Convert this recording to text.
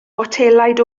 botelaid